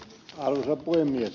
arvoisa puhemies